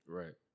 right